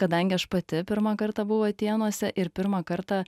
kadangi aš pati pirmą kartą buvau atėnuose ir pirmą kartą